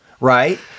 Right